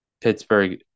Pittsburgh